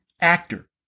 actor